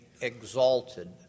exalted